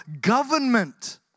government